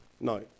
no